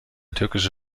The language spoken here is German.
türkische